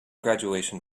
graduation